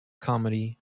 comedy